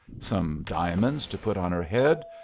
some diamonds to put on her head,